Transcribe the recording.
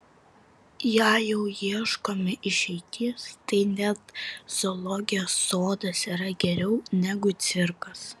jei jau ieškome išeities tai net zoologijos sodas yra geriau negu cirkas